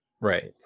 Right